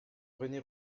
rene